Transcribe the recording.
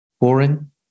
boring